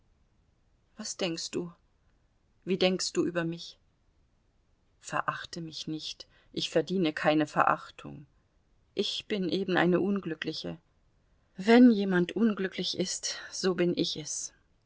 was denkst du wie denkst du über mich verachte mich nicht ich verdiene keine verachtung ich bin eben eine unglückliche wenn jemand unglücklich ist so bin ich es